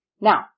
Now